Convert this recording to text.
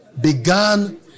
began